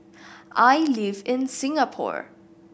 I live in Singapore